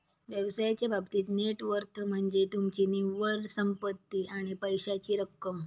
व्यवसायाच्या बाबतीत net worth म्हनज्ये तुमची निव्वळ संपत्ती आणि पैशाची रक्कम